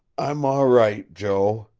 i'm all right, jo,